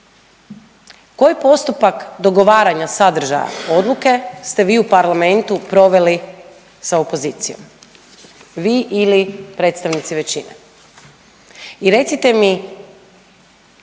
koji postupak dogovaranja sadržaja odluka ste vi u parlamentu proveli sa opozicije, vi ili predstavnici većine? I recite mi